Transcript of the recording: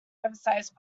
oversized